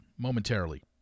momentarily